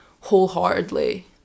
wholeheartedly